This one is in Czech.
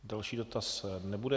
Další dotaz nebude.